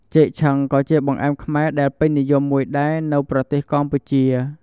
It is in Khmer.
ចេកឆឹង ក៏ជាបង្អែមខ្មែរដែលពេញនិយមមួយដែរនៅប្រទេសកម្ពុជា។